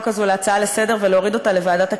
הזאת להצעה לסדר-היום ולהוריד אותה לוועדת הכלכלה,